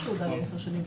יש לו תעודה לעשר שנים,